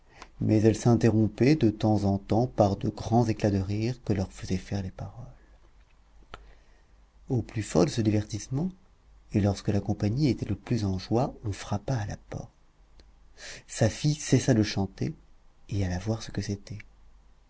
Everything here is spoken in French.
mais elles s'interrompaient de temps en temps par de grands éclats de rire que leur faisaient faire les paroles au plus fort de ce divertissement et lorsque la compagnie était le plus en joie on frappa à la porte safie cessa de chanter et alla voir ce que c'était